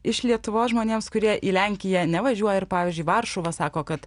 iš lietuvos žmonėms kurie į lenkiją nevažiuoja ir pavyzdžiui varšuva sako kad